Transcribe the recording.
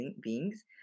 beings